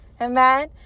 Amen